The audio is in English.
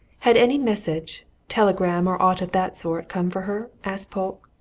had any message telegram, or aught of that sort come for her? asked polke.